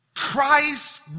Christ